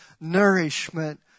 nourishment